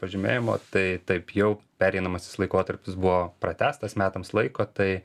pažymėjimo tai taip jau pereinamasis laikotarpis buvo pratęstas metams laiko tai